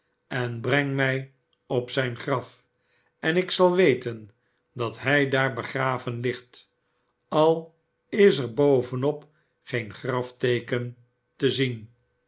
en breng mij op zijn graf en ik zal weten dat hij daar begraven ligt al is er bovenop geen grafteeken te zien